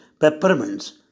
peppermints